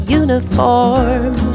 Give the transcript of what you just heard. uniform